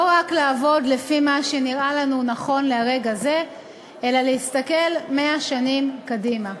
לא רק לעבוד לפי מה שנראה לנו נכון לרגע זה אלא להסתכל 100 שנים קדימה,